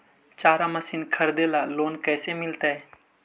चारा मशिन खरीदे ल लोन कैसे मिलतै?